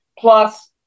Plus